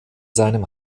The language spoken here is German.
seinem